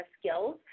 skills